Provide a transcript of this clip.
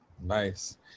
Nice